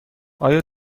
آیا